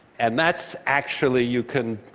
and that's actually you can